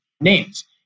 names